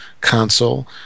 console